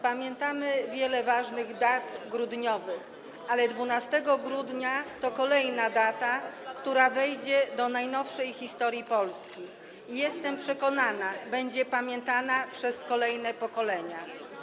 Pamiętamy wiele ważnych dat grudniowych, ale 12 grudnia jest kolejną datą, która wejdzie do najnowszej historii Polski i, jestem przekonana, będzie pamiętana przez kolejne pokolenia.